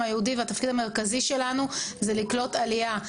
היהודי והתפקיד המרכזי שלנו זה לקלוט עלייה.